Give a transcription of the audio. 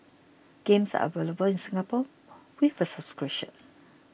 games are available in Singapore with a subscription